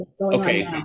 okay